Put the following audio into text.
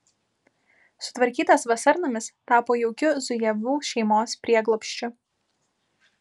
sutvarkytas vasarnamis tapo jaukiu zujevų šeimos prieglobsčiu